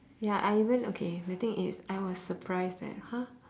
ya I even okay the thing is I was surprised that !huh!